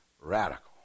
radical